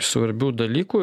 svarbių dalykų